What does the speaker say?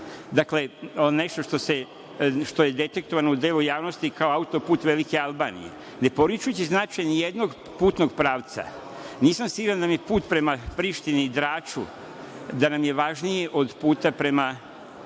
dakle, nešto što je detektovano u delu javnosti kao autoput velike Albanije. Ne poričući značaj nijednog putnog pravca, nisam siguran da nam je put prema Prištini i Draču važniji od puta prema